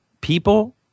people